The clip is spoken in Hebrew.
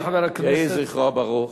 יהי זכרו ברוך.